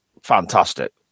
fantastic